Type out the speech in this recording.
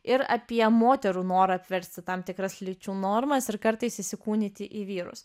ir apie moterų norą apversti tam tikras lyčių normas ir kartais įsikūnyti į vyrus